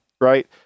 Right